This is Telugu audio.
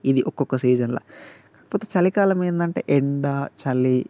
ఇవి ఒక్కక్క సీజన్లో కాకపోతే చలికాలం ఏంటంటే ఎండా చలి